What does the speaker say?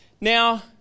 Now